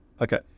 Okay